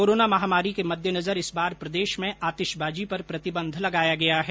corona महामारी के मद्दे नजर इस बार प्रदेश में आतिशबाजी पर प्रतिबंध लगाया गया है